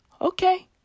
Okay